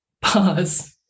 Pause